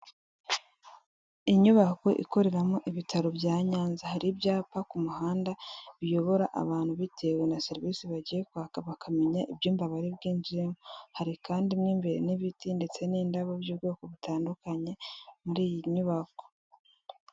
Inyubako ikoreramo ibitaro bya Nyanza. Hari ibyapa ku muhanda, biyobora abantu bitewe na serivise bagiye kwaka bakamenya ibyumba bari bwinjiremo. Hari kandi mo imbere n'ibiti ndetse n'indabo by'ubwoko butandukanye, muri iyi nyubako.